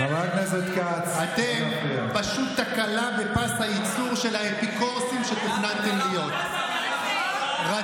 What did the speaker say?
אתה חייב להתחנף לנתניהו על הדוכן הזה?